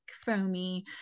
foamy